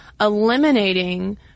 eliminating